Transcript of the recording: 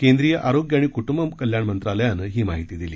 केंद्रीय आरोग्य आणि कुटुंब कल्याण मंत्रालयानं ही माहिती दिली